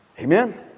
Amen